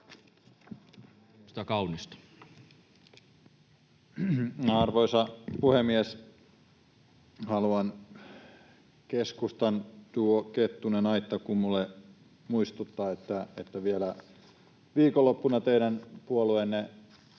Arvoisa puhemies! Haluan keskustan duolle Kettunen—Aittakumpu muistuttaa, että vielä viikonloppuna teidän puolueenne